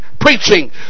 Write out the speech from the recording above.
preaching